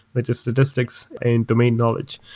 which statistics and domain knowledge.